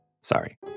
Sorry